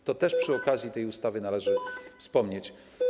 O tym też przy okazji tej ustawy należy wspomnieć.